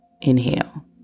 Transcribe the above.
inhale